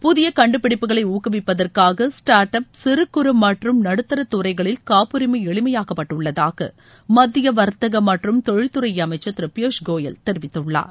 புதிய கண்டுபிடிப்புகளை ஊக்குவிப்பதற்காக ஸ்டார்ட்அப் சிறு குறு மற்றும் நடுத்தர துறைகளில் காப்புரிமை எளிமையாக்கப்பட்டுள்ளதாக மத்திய வர்த்தக மற்றும் தொழில்துறை அமைச்சர் திரு பியூஷ் கோயல் தெரிவித்துள்ளார்